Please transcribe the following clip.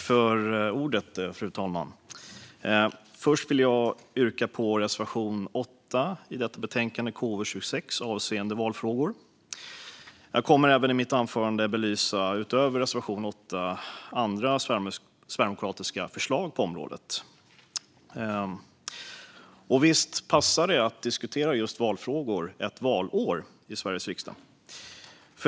Fru talman! Först vill jag yrka bifall till reservation 8 i detta betänkande, KU26, avseende valfrågor. Jag kommer i mitt anförande att utöver reservation 8 även belysa andra sverigedemokratiska förslag på området. Visst passar det att diskutera just valfrågor ett valår i Sveriges riksdag.